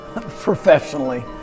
professionally